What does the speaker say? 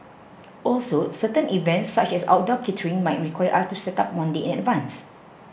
also certain events such as outdoor catering might require us to set up one day in advance